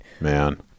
Man